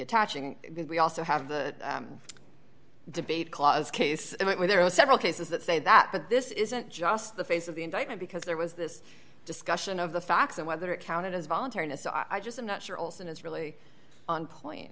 attaching we also have the debate clause case where there are several cases that say that but this isn't just the face of the indictment because there was this discussion of the facts and whether it counted as voluntary and so i just i'm not sure olson is really on point